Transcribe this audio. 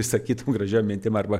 išsakytom gražiom mintim arba